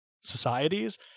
societies